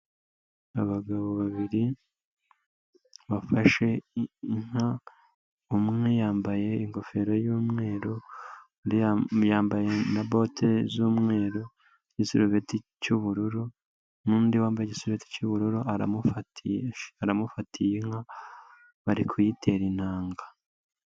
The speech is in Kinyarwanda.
Abagabo babiri bafashe inka, umwe yambaye ingofero y'umweru, yambaye na bote z'umweru, igisurubeti cy'ubururu, n'undi wambaye igisurubeti cy'ubururu, aramufatiye inka bari kuyitera intangaga.